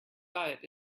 diet